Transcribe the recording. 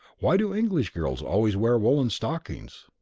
why do english girls always wear woollen stockings?